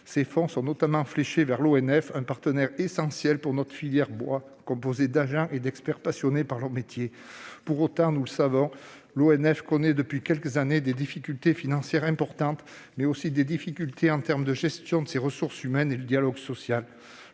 Ces sommes sont notamment fléchées vers l'ONF, un partenaire essentiel pour notre filière bois, composé d'agents et d'experts passionnés par leur métier. Pour autant, nous le savons, l'ONF connaît depuis quelques années des difficultés importantes, en matière financière, mais aussi de gestion de ses ressources humaines et de dialogue social.